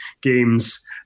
games